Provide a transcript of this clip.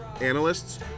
analysts